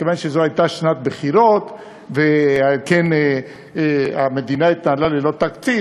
מכיוון שזו הייתה שנת בחירות ועל כן המדינה התנהלה ללא תקציב,